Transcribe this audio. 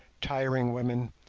tiring women,